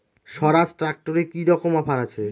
স্বরাজ ট্র্যাক্টরে কি রকম অফার আছে?